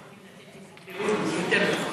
העובדים שלך יכולים לתת לי את הפירוט יותר מאוחר.